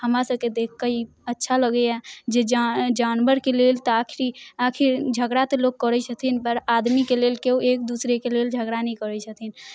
हमरा सभके देखिकऽ ई अच्छा लगैए जे जा जानवर के लेल तऽआखिरी आखिर झगड़ा तऽ लोक करै छथिनपर आदमीके लेल केओ एक दूसरेके लेल झगड़ा नहि करै छथिन